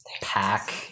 pack